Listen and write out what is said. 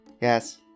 Yes